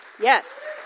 Yes